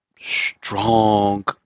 strong